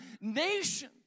nation